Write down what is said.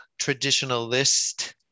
traditionalist